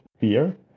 fear